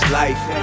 life